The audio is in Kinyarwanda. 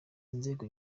inzego